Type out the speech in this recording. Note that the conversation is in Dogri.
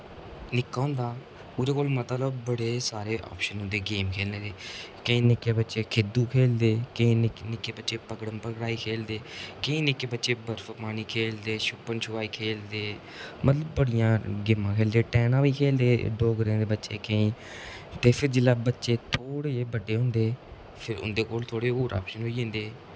निक्का होंदा ओह्दे कोल मतलब बड़े सारे आप्शन होंदे गेम खेलने दे केईं निक्के बच्चे खिद्धू खेलदे केईं निक्के निक्के बच्चे पकड़म पकड़ाई खेलदे केईं निक्के बच्चे बर्फ पानी खेलदे छप्पन छपाई खेलदे मतलब बड़ियां गेमां खेलदे टैनां बी खेलदे डोगरें दे बच्चे केईं ते फिर जेल्लै बच्चे थोह्ड़े जेह् बड्डे होंदे फिर उं'दे कोल थोह्ड़े होर ऑप्शन होई जंदे